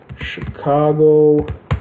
Chicago